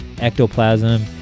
Ectoplasm